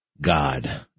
God